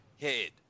head